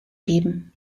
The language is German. geben